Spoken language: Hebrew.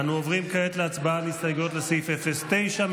אנו עוברים כעת להצבעה על הסתייגויות לסעיף 09,